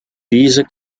diese